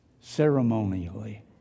ceremonially